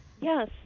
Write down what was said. yes